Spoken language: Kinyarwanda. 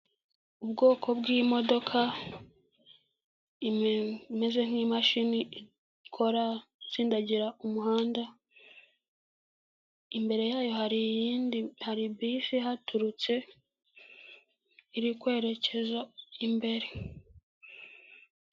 Ubwoko bw'imodoka imeze nk'imashini ikora itsindadagira umuhanda, imbere yayo hari hari bisi ihaturutse iri kwerekeza imbere.